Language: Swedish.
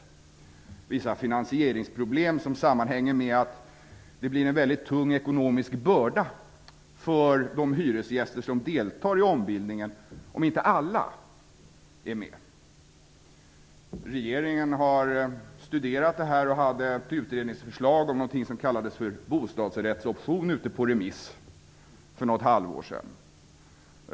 Det finns vissa finansieringsproblem som sammanhänger med att det blir en mycket tung ekonomisk börda för de hyresgäster som deltar i ombildningen om inte alla är med. Regeringen har studerat detta. Det fanns ett utredningsförslag om någonting som kallades för bostadsrättsoption ute på remiss för något halvår sedan.